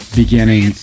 beginning